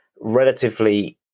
relatively